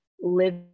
live